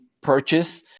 purchase